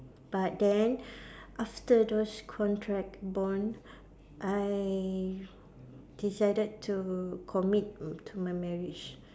but then after those contract bond I decided to commit to my marriage